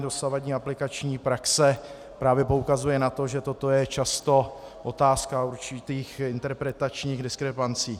Dosavadní aplikační praxe právě poukazuje na to, že toto je často otázka určitých interpretačních diskrepancí.